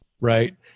right